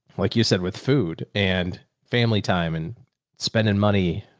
like you said, with food and family time and spending money,